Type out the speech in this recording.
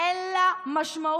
אין לה משמעות,